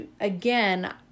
again